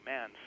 Man